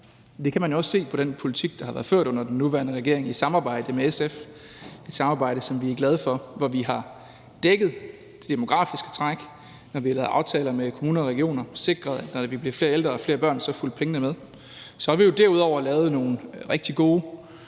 man jo også se på den politik, der har været ført under den nuværende regering i samarbejde med SF – et samarbejde, som vi er glade for. Vi har dækket det demografiske træk, og når vi har lavet aftaler med kommuner og regioner, har vi sikret, at når der bliver flere ældre og flere børn, så er pengene fulgt med. Så har vi jo derudover lavet nogle rigtig gode